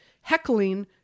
heckling